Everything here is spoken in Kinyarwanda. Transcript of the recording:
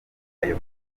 ayo